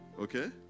Okay